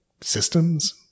systems